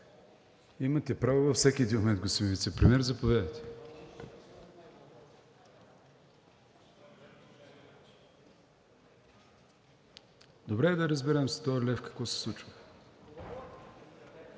Имате право във всеки един момент, господин Вицепремиер, заповядайте. Добре е да разберем с този лев какво се случва.